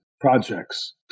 projects